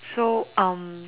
so um